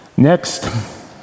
Next